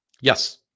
Yes